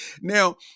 now